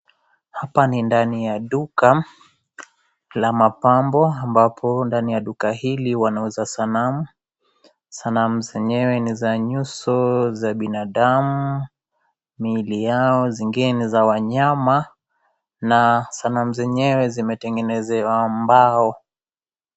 Hapa ni ndani ya duka la mapambo ambapo ndani ya duka hili wanauza sanamu. Sanamu zenyewe ni za nyuso za binadamu. Miili yao, zingine ni za wanyama na sanamu zenyewe zimetengenezewa mbao.